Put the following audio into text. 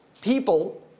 people